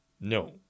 No